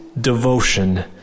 devotion